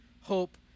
hope